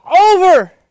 over